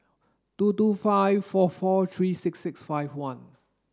two two five four four three six six five one